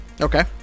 Okay